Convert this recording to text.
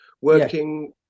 working